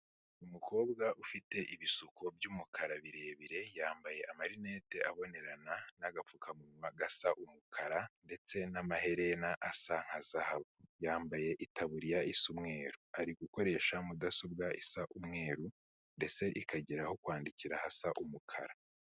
Umukobwa ufite ibisuko by'umukara birebire, yambaye amarinete abonerana n'agapfukamunwa gasa umukara ndetse n'amaherena asa nka zahabu. Yambaye itaburiya isa umweru, ari gukoresha mudasobwa isa umweru, ndetse ikagira aho kwandikira hasa umukara.